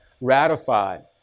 ratified